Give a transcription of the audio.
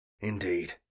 indeed